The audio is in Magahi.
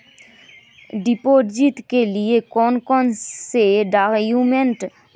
डिपोजिट के लिए कौन कौन से डॉक्यूमेंट लगते?